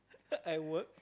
I work